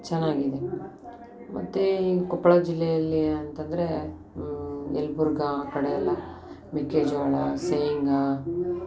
ಚೆನ್ನಾಗಿದೆ ಮತ್ತೆ ಈ ಕೊಪ್ಪಳ ಜಿಲ್ಲೆಯಲ್ಲಿ ಅಂತಂದರೆ ಯಲಬುರ್ಗಾ ಆ ಕಡೆಯೆಲ್ಲ ಮೆಕ್ಕೆ ಜೋಳ ಶೇಂಗಾ